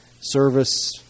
Service